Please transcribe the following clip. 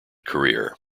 career